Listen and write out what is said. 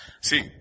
See